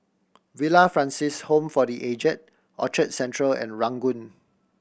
Villa Francis Home for The Aged Orchard Central and Ranggung